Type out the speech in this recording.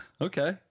Okay